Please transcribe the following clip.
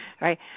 right